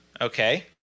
okay